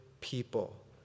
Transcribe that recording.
people